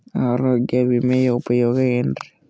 ಆರೋಗ್ಯ ವಿಮೆಯ ಉಪಯೋಗ ಏನ್ರೀ?